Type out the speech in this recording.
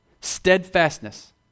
Steadfastness